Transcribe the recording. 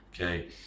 okay